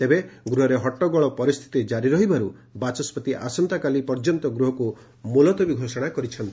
ତେବେ ଗୃହରେ ହଟ୍ଟଗୋଳ ପରିସ୍ଥିତି କାରି ରହିବାରୁ ବାଚସ୍ୱତି ଆସନ୍ତାକାଲି ପର୍ଯ୍ୟନ୍ତ ଗୃହକୁ ମୁଲତବୀ ଘୋଷଶା କରିଛନ୍ତି